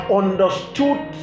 understood